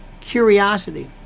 curiosity